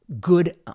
good